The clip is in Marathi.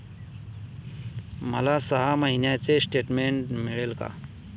मला सहा महिन्यांचे स्टेटमेंट मिळेल का?